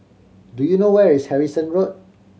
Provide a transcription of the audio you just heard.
do you know where is Harrison Road